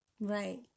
Right